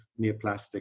neoplastic